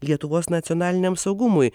lietuvos nacionaliniam saugumui